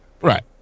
Right